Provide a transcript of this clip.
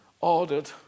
ordered